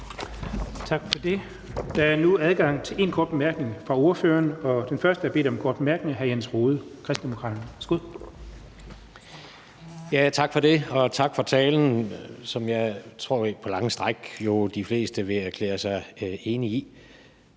Tak for det. Der er nu adgang til én kort bemærkning fra ordførerne, og den første, der har bedt om en kort bemærkning, er hr. Jens Rohde, Kristendemokraterne. Værsgo. Kl. 18:35 Jens Rohde (KD): Tak for det, og tak for talen, som jeg tror at de fleste på lange stræk vil erklære sig enige i.